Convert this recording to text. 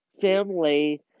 family